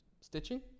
stitching